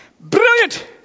Brilliant